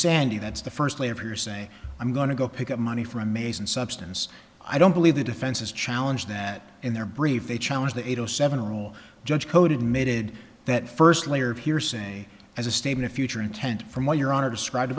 sandy that's the first layer of hearsay i'm going to go pick up money for a mason substance i don't believe the defenses challenge that in their brief they challenge the eight zero seven rule judge code admitted that first layer of hearsay as a statement a future intent from what your honor describ